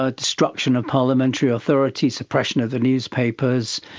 ah destruction of parliamentary authority, suppression of the newspapers,